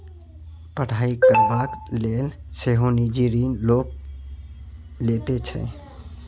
पढ़ाई करबाक लेल सेहो निजी ऋण लोक लैत छै